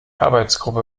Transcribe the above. arbeitsgruppe